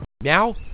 now